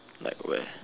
like where